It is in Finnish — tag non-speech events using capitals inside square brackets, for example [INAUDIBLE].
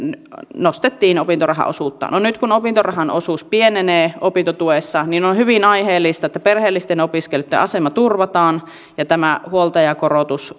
nostettiin opintorahaosuutta no nyt kun opintorahan osuus pienenee opintotuessa niin on hyvin aiheellista että perheellisten opiskelijoitten asema turvataan ja tämä huoltajakorotus [UNINTELLIGIBLE]